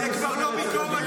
זו כבר לא ביקורת.